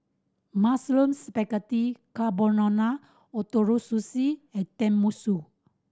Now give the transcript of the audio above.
Mushroom Spaghetti Carbonara Ootoro Sushi and Tenmusu